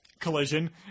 collision